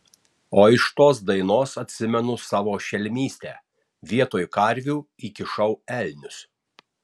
o iš tos dainos atsimenu savo šelmystę vietoj karvių įkišau elnius